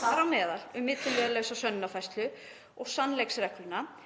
þar á meðal um milliliðalausa sönnunarfærslu og sannleiksregluna,